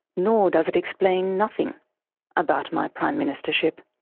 nor does it explain nothing about my prime ministership.